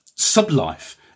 sub-life